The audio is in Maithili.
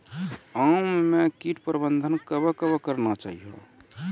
आम मे कीट प्रबंधन कबे कबे करना चाहिए?